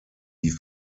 die